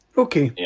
okay,